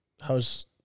how's